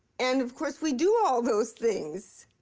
and, of course, we do all those things.